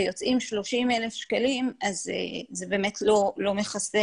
ויוצאים 30,000 שקלים אז זה באמת לא מכסה